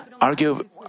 argue